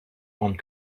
grande